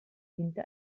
winter